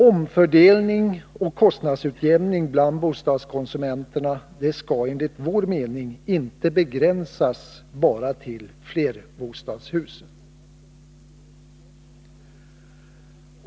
Omfördelning och kostnadsutjämning bland bostadskonsumenterna skall enligt vår mening inte begränsas till flerbostadshus!